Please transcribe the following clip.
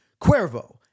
Cuervo